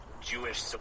Jewish